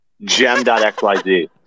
gem.xyz